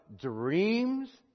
dreams